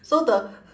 so the